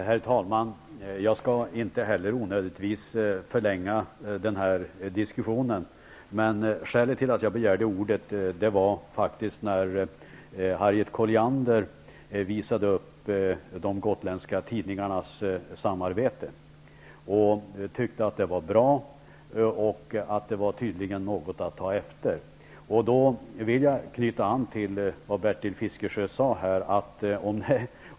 Herr talman! Inte heller jag skall förlänga diskussionen mer än nödvändigt. Skälet till att jag begärt ordet är faktiskt det exempel som Harriet Colliander anförde beträffande de gotländska tidningarnas samarbete. Hon tycker att detta samarbete är bra och tydligen något att ta efter. Jag vill knyta an till det som Bertil Fiskesjö här sade.